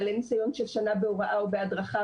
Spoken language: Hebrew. בעלי ניסיון של שנה בהוראה או בהדרכה,